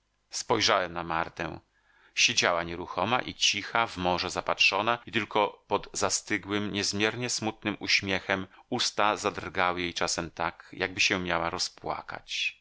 spojrzałem na martę siedziała nieruchoma i cicha w morze zapatrzona i tylko pod zastygłym niezmiernie smutnym uśmiechem usta zadrgały jej czasem tak jakby się miała rozpłakać